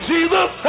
Jesus